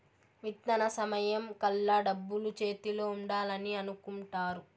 విత్తన సమయం కల్లా డబ్బులు చేతిలో ఉండాలని అనుకుంటారు